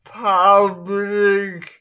public